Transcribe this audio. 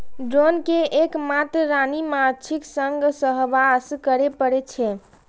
drone कें एक मात्र रानी माछीक संग सहवास करै पड़ै छै